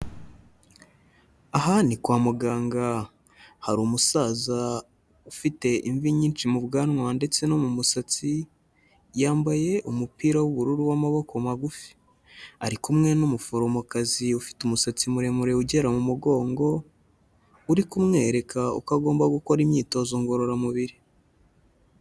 Aha ni kwa muganga hari umusaza ufite imvi nyinshi mu bwanwa ndetse no mu musatsi, yambaye umupira w'ubururu w'amaboko magufi, ari kumwe n'umuforomokazi ufite umusatsi muremure ugera mu mugongo, uri kumwereka uko agomba gukora imyitozo ngororamubiri.